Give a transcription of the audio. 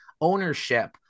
ownership